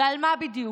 ועל מה בדיוק?